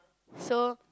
so